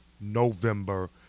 November